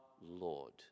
Lord